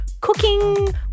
Cooking